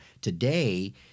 today